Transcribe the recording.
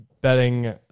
betting